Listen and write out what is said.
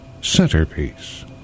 centerpiece